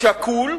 שקול,